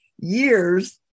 years